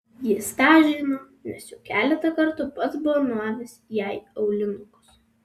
jis tą žino nes jau keletą kartų pats buvo nuavęs jai aulinukus